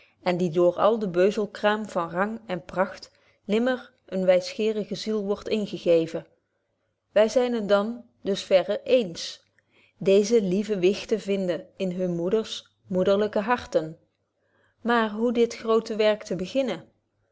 en die door al de beuzelkraam van rang en pracht nimmer eene wysgerige ziel worden ingegeven wy zyn het dan dus verre ééns deeze lieve wichten vinden in hunne moeders moederlyke harten maar hoe dit groote werk te beginnen